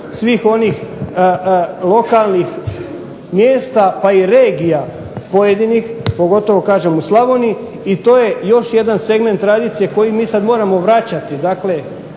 svih onih lokalnih mjesta, pa i regija pojedinih pogotovo kažem u Slavoniji. I to je još jedan segment tradicije koji mi sad moramo vraćati.